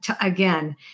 again